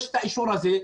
יש את האישור הזה,